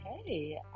okay